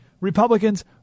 Republicans